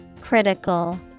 Critical